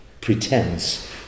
pretense